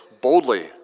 boldly